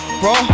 bro